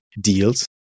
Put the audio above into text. deals